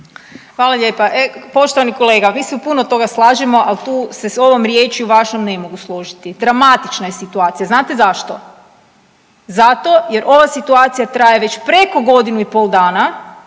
Hvala lijepa. E poštovani kolega, mi se u puno toga slažemo, ali tu se s ovom riječju vašom ne mogu složiti. Dramatična je situacija. Znate zašto? Zato jer ova situacija traje već preko godinu i pol dana,